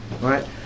right